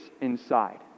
inside